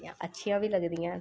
अच्छियां बी लगदियां न